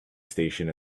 station